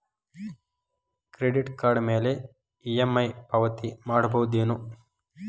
Credit card ಮ್ಯಾಲೆ EMI ಪಾವತಿ ಮಾಡ್ಬಹುದೇನು?